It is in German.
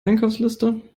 einkaufsliste